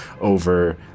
over